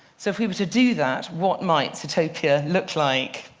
so if we were to do that, what might sitopia look like?